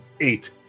eight